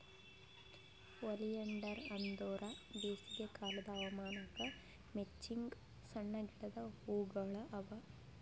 oleander ಅಂದುರ್ ಬೇಸಿಗೆ ಕಾಲದ್ ಹವಾಮಾನಕ್ ಮೆಚ್ಚಂಗ್ ಸಣ್ಣ ಗಿಡದ್ ಹೂಗೊಳ್ ಅವಾ